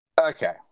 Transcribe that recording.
Okay